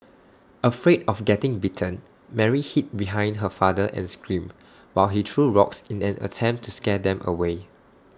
afraid of getting bitten Mary hid behind her father and screamed while he threw rocks in an attempt to scare them away